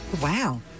Wow